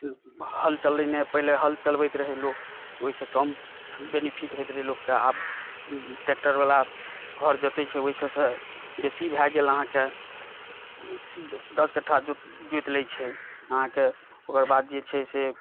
हर चललै नहि पहिले हर चलबैत रहै लोक तऽ ओहिसे कम बेनिफिट होइत रहै लोककेँ लेकिन आब ट्रेक्टर वला हर जोतै छै ओहिसे बेसी भए गेल अहाँकेँ दश कट्ठा जोइत लै छै अहाँकेँ ओकर बाद जे छै से